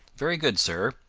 very good, sir.